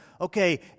okay